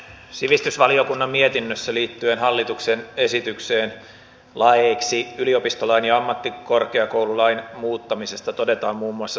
sivistysvaliokunnan mietinnössä liittyen hallituksen esitykseen laeiksi yliopistolain ja ammattikorkeakoululain muuttamisesta todetaan muun muassa seuraavaa